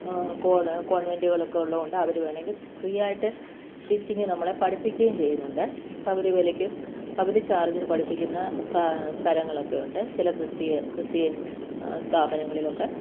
കോൺവെൻ്റുകളൊക്കെ ഉള്ളത് കൊണ്ട് അവർ വേണമെങ്കിൽ ഫ്രീ ആയിട്ട് സ്റ്റിച്ചിങ്ങ് നമ്മളെ പഠിപ്പിക്കുകയും ചെയ്യുന്നുണ്ട് പകുതി വിലക്ക് പകുതി ചാർജിന് പഠിപ്പിക്കുന്ന സ്ഥലങ്ങൾ ഒക്കെയുണ്ട് ചില ക്രിസ്തീയ ക്രിസ്ത്യൻ സ്ഥാപനങ്ങളിലൊക്കെ